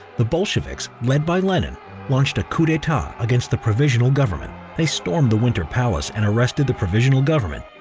the bolsheviks led by lenin launched a coup d'etat against the provisional government. they stormed the winter palace and arrested the provisional government,